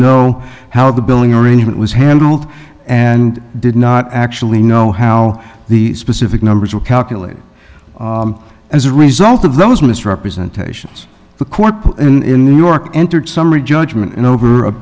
know how the billing arrangement was handled and did not actually know how the specific numbers were calculated as a result of those misrepresentations the court in new york entered summary judgment in over a